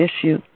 issue